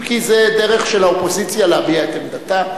אם כי זו דרך של האופוזיציה להביע את עמדתה,